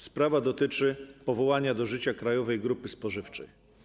Sprawa dotyczy powołania do życia Krajowej Grupy Spożywczej.